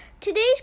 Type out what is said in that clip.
Today's